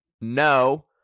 No